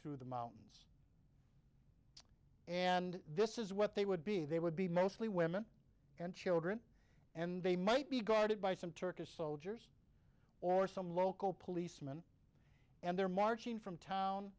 through the mountains and this is what they would be they would be mostly women and children and they might be guarded by some turkish soldiers or some local policeman and they're marching from town